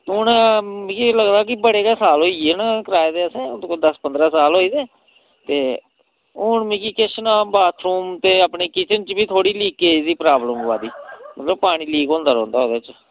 ते हून मिगी लगदा कि बड़े गै साल होई गे न कराए दे असें हून ते दस्स पंदरां साल होई दे ते हून मिगी किश ना बाथरूम ते अपनी किचन च बी थोह्ड़ी लीकेज दी प्राब्लम आवै दी मतलब पानी लीक होंदा रौहंदा ओह्दे च